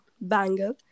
bangle